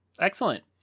Excellent